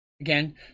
Again